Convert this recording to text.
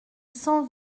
cent